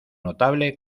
notable